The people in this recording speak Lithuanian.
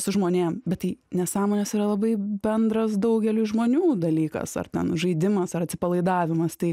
su žmonėm bet tai nesąmonės yra labai bendras daugeliui žmonių dalykas ar ten žaidimas ar atsipalaidavimas tai